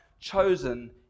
chosen